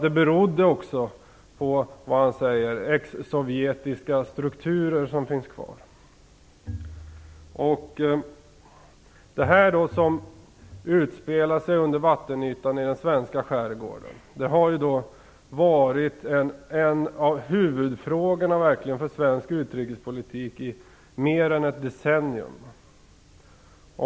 Det berodde också på vad, som han säger, ex-sovjetiska strukturer som finns kvar. Det som utspelade sig under vattenytan i den svenska skärgården har varit en av de verkliga huvudfrågorna för svensk utrikespolitik under mer än ett decennium.